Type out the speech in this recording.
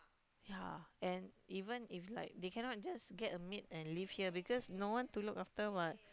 ya and even if like they cannot just get a maid and leave here because no one to look after what